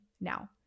Now